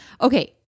Okay